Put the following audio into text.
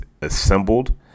assembled